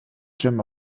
jim